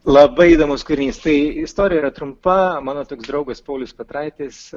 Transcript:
labai įdomus kūrinys tai istorija trumpa mano toks draugas paulius petraitis